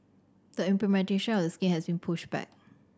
the implementation of the scheme has been pushed back